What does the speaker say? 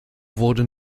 wurde